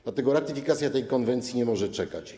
Dlatego ratyfikacja tej konwencji nie może czekać.